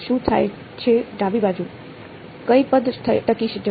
શું થાય છે ડાબી બાજુ કઈ પદ ટકી જશે